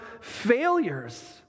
failures